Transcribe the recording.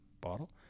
bottle